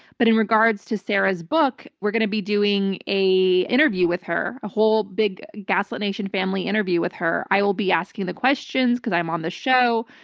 but in regards to sarah's book, we're going to be doing an interview with her, a whole big gaslit nation family interview with her. i will be asking the questions because i'm on the show.